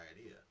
idea